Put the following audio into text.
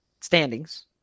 standings